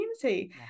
community